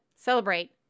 celebrate